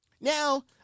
now